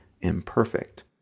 imperfect